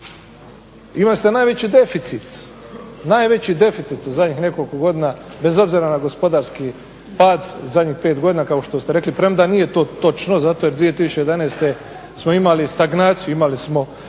Imali ste najveći deficit u zadnjih nekoliko godina bez obzira na gospodarski pad, u zadnjih pet godina kao što ste rekli premda nije to točno zato jer 2011.smo imali stagnaciju, imali smo